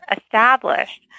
established